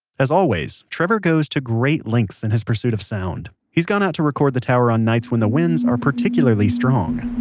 as always, trevor goes to great lengths in his pursuit of sound. he's gone out to record the tower on nights when the winds are particularly strong